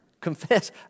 Confess